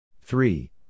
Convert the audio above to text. three